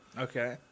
Okay